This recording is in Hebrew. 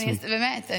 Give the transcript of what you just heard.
באמת.